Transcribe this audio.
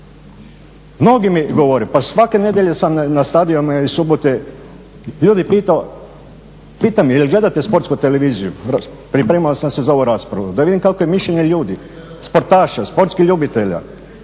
Mnogi mi govore, pa svake nedjelje sam na stadionu i subote ljude pitao, pitam jel' gledate Sportsku televiziju. Pripremao sam se za ovu raspravu da vidim kakvo je mišljenje ljudi, sportaša, sportskih ljubitelja,